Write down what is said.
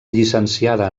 llicenciada